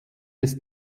des